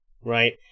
right